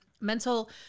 Mental